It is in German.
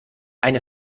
eine